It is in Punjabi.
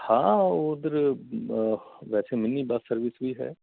ਹਾਂ ਉੱਧਰ ਵੈਸੇ ਮਿੰਨੀ ਬੱਸ ਸਰਵਿਸ ਵੀ ਹੈ